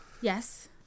Yes